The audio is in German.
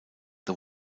the